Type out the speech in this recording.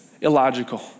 illogical